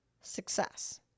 success